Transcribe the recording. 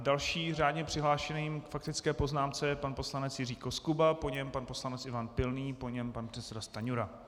Dalším řádně přihlášeným k faktické poznámce je pan poslanec Jiří Koskuba, po něm pan poslanec Ivan Pilný, po něm pan předseda Stanjura.